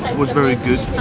was very good.